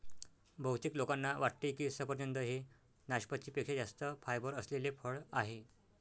बहुतेक लोकांना वाटते की सफरचंद हे नाशपाती पेक्षा जास्त फायबर असलेले फळ आहे